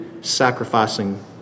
sacrificing